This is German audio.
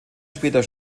später